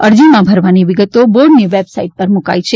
અરજીમાં ભરવાની વિગતો બોર્ડની વેબસાઇટ પર મૂકાઈ છે